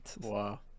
Wow